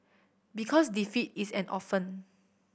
because defeat is an orphan